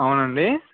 అవును అండి